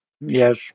Yes